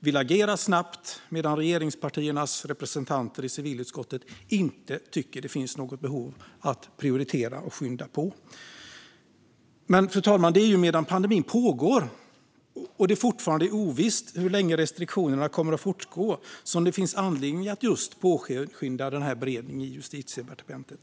vill agera snabbt, medan regeringspartiernas representanter i civilutskottet inte tycker att det finns något behov av att prioritera och skynda på. Men, fru talman, det är ju medan pandemin pågår och det fortfarande är ovisst hur länge restriktionerna kommer att fortgå som det finns anledning att just påskynda beredningen i Justitiedepartementet!